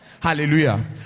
Hallelujah